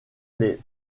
les